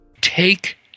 Take